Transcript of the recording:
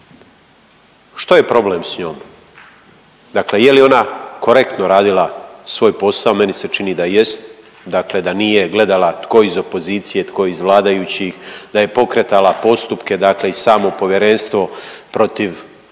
Što je problem s njom? Dakle je li ona korektno radila svoj posao? Meni se čini da jest, dakle nije gledala tko iz opozicije, tko je iz vladajućih, da je pokretala postupke, dakle i samo Povjerenstvo protiv